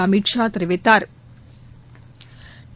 அமித்ஷா தெரிவித்தாா்